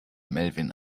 melvin